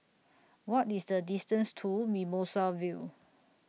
What IS The distance to Mimosa Vale